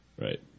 Right